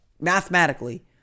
mathematically